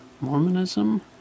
Mormonism